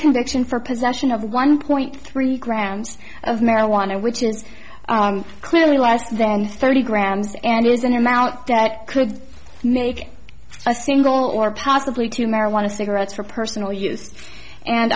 conviction for possession of one point three grams of marijuana which is clearly less than thirty grams and is an amount that could make a single or possibly two marijuana cigarettes for personal use and